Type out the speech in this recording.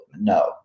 No